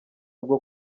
bwo